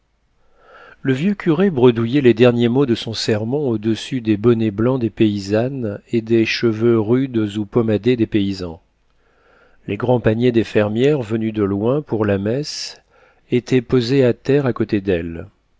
le vieux curé bredouillait les derniers mots de son sermon au-dessus des bonnets blancs des paysannes et des cheveux rudes ou pommadés des paysans les grands paniers des fermières venues de loin pour la messe étaient posés à terre à côté d'elles